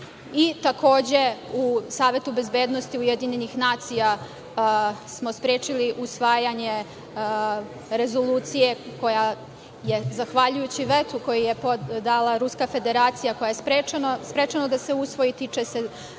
Takođe, u Savetu bezbednosti UN smo sprečili usvajanje rezolucije koja je, zahvaljujući vetu koji je dala Ruska federacija, sprečena da se usvoji, tiče se